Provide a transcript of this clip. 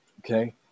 Okay